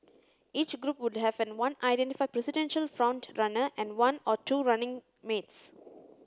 each group would have one identified presidential front runner and one or two running mates